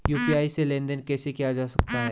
UPI से लेनदेन कैसे किया जा सकता है?